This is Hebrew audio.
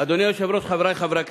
אדוני היושב-ראש, חברי חברי הכנסת,